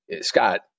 Scott